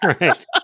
Right